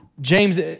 James